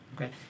okay